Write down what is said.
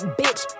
bitch